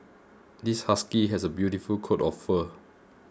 this husky has a beautiful coat of fur